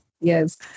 Yes